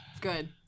Good